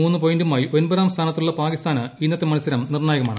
മൂന്ന് പോയിന്റുമായി ഒമ്പതാം സ്ഥാനത്തുള്ള പാകിസ്ഥാന് ഇന്നത്തെ മത്സരം നിർണായകമാണ്